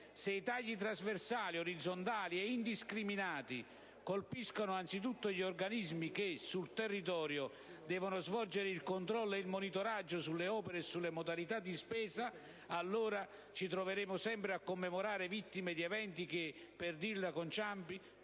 se i tagli trasversali, orizzontali e indiscriminati colpiscono anzitutto gli organismi che sul territorio devono svolgere il controllo e il monitoraggio sulle opere e sulle modalità di spesa, allora ci troveremo sempre a commemorare vittime di eventi che, per dirla con Ciampi,